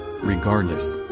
Regardless